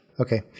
Okay